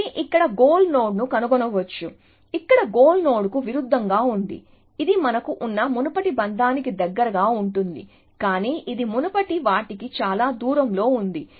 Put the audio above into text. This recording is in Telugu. ఇది ఇక్కడ గోల్ నోడ్ను కనుగొనవచ్చు ఇక్కడ గోల్ నోడ్కు విరుద్ధంగా ఇది మనకు ఉన్న మునుపటి బంధానికి దగ్గరగా ఉంటుంది కానీ ఇది మునుపటి వాటికి చాలా దూరంలో ఉంది